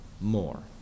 more